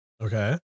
Okay